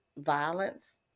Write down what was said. violence